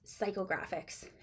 psychographics